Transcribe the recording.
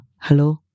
Hello